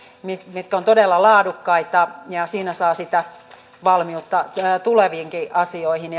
mitkä ovat todella laadukkaita siinä saa sitä valmiutta tuleviinkin asioihin